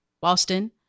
Boston